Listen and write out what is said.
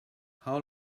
how